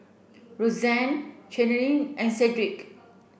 Rozanne Cheyenne and Cedrick